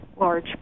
large